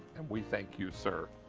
and we thank you, sir.